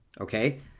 Okay